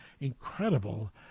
incredible